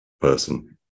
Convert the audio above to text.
person